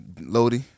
Lodi